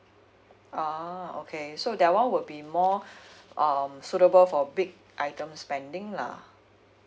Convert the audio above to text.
ah okay so that one would be more um suitable for big item spending lah